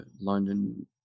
London